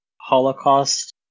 Holocaust